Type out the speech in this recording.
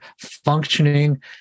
functioning